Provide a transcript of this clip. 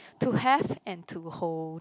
to have and to hold